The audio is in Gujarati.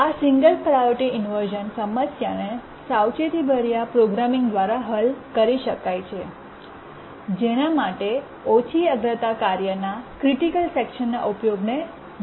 આ સિંગલ પ્રાયોરિટી ઇન્વર્શ઼ન સમસ્યાને સાવચેતીભર્યા પ્રોગ્રામિંગ દ્વારા હલ કરી શકાય છે જેના માટે ઓછી અગ્રતા કાર્ય ના ક્રિટિકલ સેકશનના ઉપયોગને મર્યાદિત કરી શકાય છે